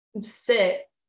sit